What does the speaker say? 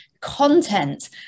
content